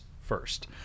first